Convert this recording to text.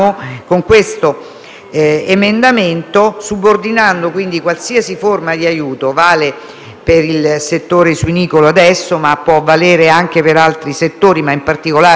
in questo comparto. Chiediamo pertanto che tutti gli aiuti siano subordinati alla verifica del rispetto delle norme minime previste per la protezione dei suini, di cui appunto